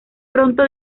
pronto